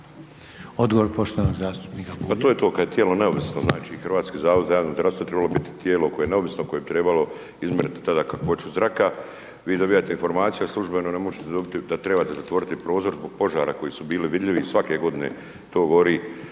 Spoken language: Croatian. Odgovor poštovanog zastupnika